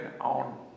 on